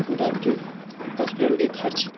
डॉक्टरी हॉस्पिटल के खर्च